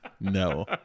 no